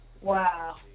Wow